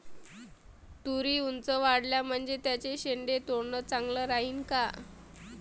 तुरी ऊंच वाढल्या म्हनजे त्याचे शेंडे तोडनं चांगलं राहीन का?